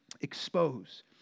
Expose